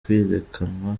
kwirukanwa